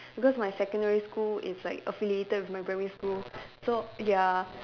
because my secondary school is like affiliated with my primary school so ya